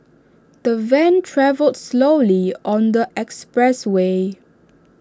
the van travelled slowly on the expressway